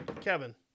Kevin